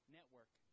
Network